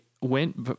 went